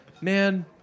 Man